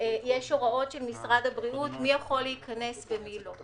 יש הוראות של משרד החינוך מי יכול להיכנס ומי לא.